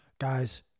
Guys